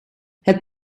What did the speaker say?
het